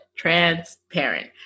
transparent